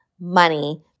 money